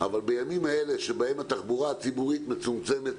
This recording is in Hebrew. בימים האלה שבהם התחבורה הציבורית מצומצמת